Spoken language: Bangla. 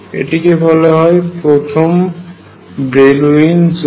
এটিকে বলা হয় প্রথম ব্রিলুইন জোন